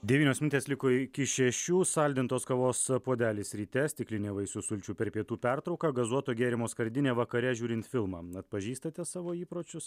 devynios minutės liko iki šešių saldintos kavos puodelis ryte stiklinė vaisių sulčių per pietų pertrauką gazuoto gėrimo skardinė vakare žiūrint filmą atpažįstate savo įpročius